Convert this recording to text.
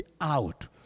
out